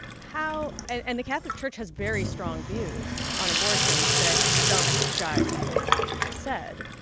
how and the catholic church has very strong views on abortion that don't jibe with what you just said.